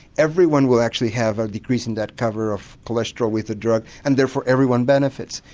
everyone will actually have a decreasing net cover of cholesterol with the drug and therefore everyone benefits.